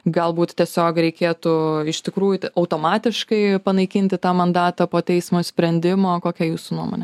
galbūt tiesiog reikėtų iš tikrųjų automatiškai panaikinti tą mandatą po teismo sprendimo kokia jūsų nuomonė